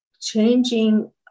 changing